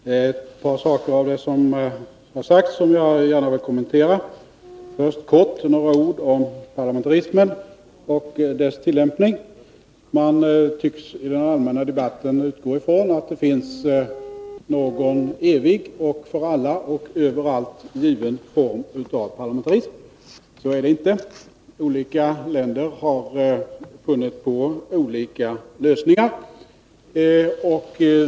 Herr talman! Beträffande det som här nu sagts finns det ett par saker som jag gärna vill kommentera. Först bara några ord om parlamentarismen och dess tillämpning. Man tycks i den allmänna debatten utgå från att det finns en evig, för alla och överallt given form av parlamentarism. Så är det inte. Olika länder har funnit på olika lösningar.